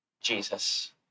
Jesus